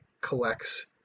collects